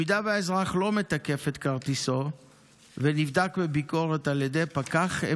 אם האזרח לא מתקף את כרטיסו ונבדק בביקורת על ידי פקח,